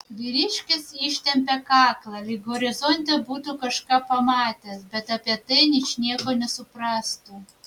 vyriškis ištempė kaklą lyg horizonte būtų kažką pamatęs bet apie tai ničnieko nesuprastų